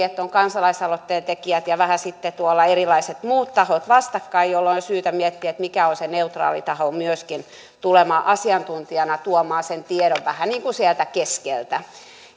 että kansalaisaloitteen tekijät ja vähän sitten erilaiset muut tahot ovat vastakkain jolloin on syytä miettiä mikä on myöskin se neutraali taho tulemaan asiantuntijana tuomaan sen tiedon vähän niin kuin sieltä keskeltä